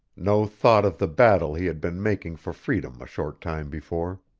no thought of the battle he had been making for freedom a short time before.